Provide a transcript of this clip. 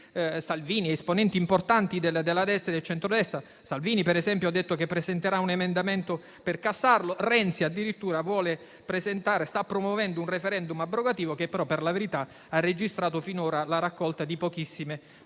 Salvini ed esponenti importanti della destra e del centrodestra; Salvini per esempio ha detto che presenterà un emendamento per cassarlo; Renzi addirittura sta promuovendo un *referendum* abrogativo, che però per la verità ha registrato finora la raccolta di pochissime firme,